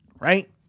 right